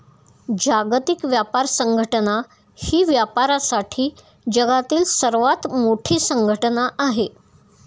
जागतिक व्यापार संघटना ही व्यापारासाठी जगातील सर्वात मोठी संघटना आहे